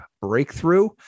Breakthrough